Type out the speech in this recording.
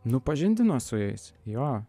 nu pažindinuos su jais jo